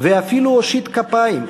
/ ואפילו הושיט כפיים,